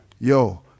yo